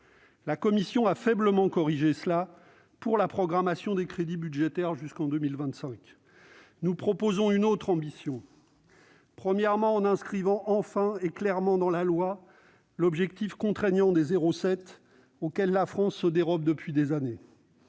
La commission a faiblement corrigé cela avec la programmation des crédits budgétaires jusqu'en 2025. Nous proposons une autre ambition : premièrement, en inscrivant enfin et clairement dans la loi l'objectif contraignant des 0,7 %, auquel la France se dérobe depuis des années